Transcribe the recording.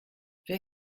wer